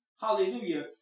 hallelujah